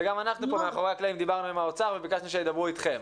וגם אנחנו מאחורי הקלעים דיברנו עם משרד האוצר וביקשנו שידברו אתכם.